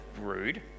Rude